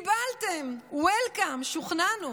קיבלתם, welcome, שוכנענו.